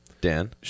dan